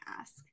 ask